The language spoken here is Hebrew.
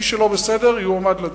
מי שלא בסדר יועמד לדין.